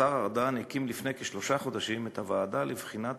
השר ארדן הקים לפני כשלושה חודשים את הוועדה לבחינת